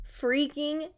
freaking